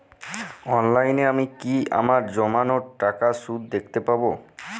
অনলাইনে আমি কি আমার জমানো টাকার সুদ দেখতে পবো?